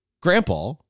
Grandpa